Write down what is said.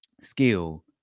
skill